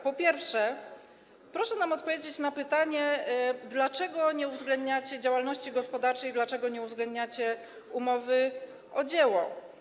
Po pierwsze, proszę nam odpowiedzieć na pytanie: Dlaczego nie uwzględniacie działalności gospodarczej, dlaczego nie uwzględniacie umowy o dzieło?